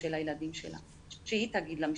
לילדים שלה שהיא תגיד למשטרה,